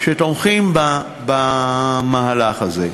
שתומכים במהלך הזה.